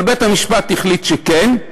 אבל בית-המשפט החליט שכן,